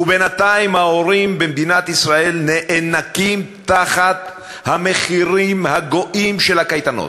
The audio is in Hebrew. ובינתיים ההורים במדינת ישראל נאנקים תחת המחירים הגואים של הקייטנות.